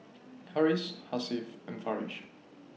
Harris Hasif and Farish